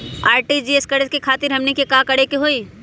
RTGS करे खातीर हमनी के का करे के हो ई?